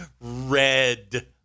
red